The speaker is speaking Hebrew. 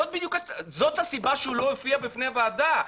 זאת הסיבה שהוא לא הופיע בפני הוועדה,